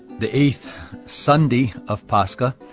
the eighth sunday of pascha,